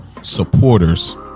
Supporters